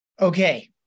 Okay